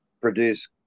produce